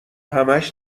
همش